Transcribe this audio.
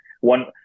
one